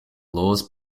laws